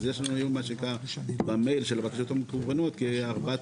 יש לנו במייל של הבקשות המקוונת כ-4,000